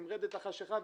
עם רדת החשכה,